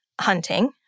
hunting